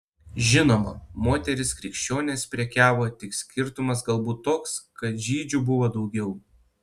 žinoma moterys krikščionės prekiavo tik skirtumas galbūt toks kad žydžių buvo daugiau